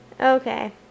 okay